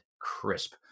crisp